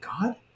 God